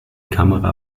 kamera